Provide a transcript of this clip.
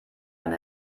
eine